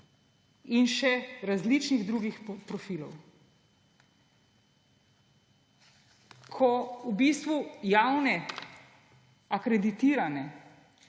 in še različnih drugih profilov. Ko v bistvu javne, akreditirane